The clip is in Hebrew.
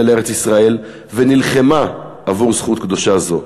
לארץ-ישראל ונלחמה עבור זכות קדושה זו.